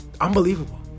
unbelievable